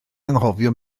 anghofio